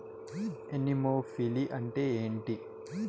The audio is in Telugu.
ఎనిమోఫిలి అంటే ఏంటి?